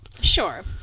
sure